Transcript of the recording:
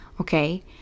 okay